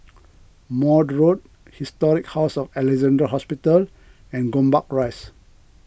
Maude Road Historic House of Alexandra Hospital and Gombak Rise